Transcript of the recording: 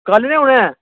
कल्ल निं औने ऐं